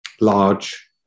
large